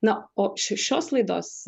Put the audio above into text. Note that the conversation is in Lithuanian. na o š šios laidos